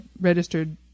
registered